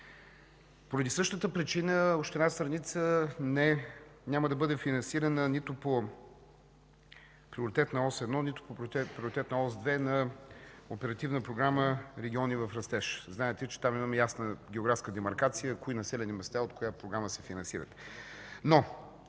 Поради същата причина община Сърница няма да бъде финансирана нито по приоритетна ос 1, нито по приоритетна ос 2 на Оперативна програма „Региони в растеж”. Знаете, че там имаме ясна географска демаркация кои населени места от коя програма се финансират.